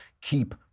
keep